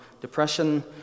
depression